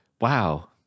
wow